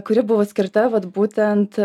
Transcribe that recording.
kuri buvo skirta vat būtent